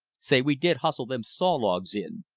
say, we did hustle them saw-logs in!